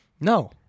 No